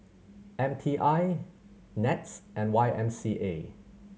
M T I NETS and Y M C A